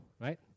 right